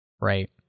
right